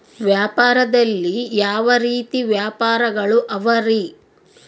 ವ್ಯಾಪಾರದಲ್ಲಿ ಯಾವ ರೇತಿ ವ್ಯಾಪಾರಗಳು ಅವರಿ?